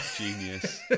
genius